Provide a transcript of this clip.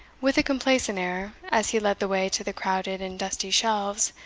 with a complacent air, as he led the way to the crowded and dusty shelves,